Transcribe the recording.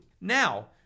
Now